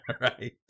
Right